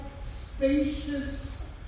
spacious